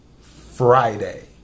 Friday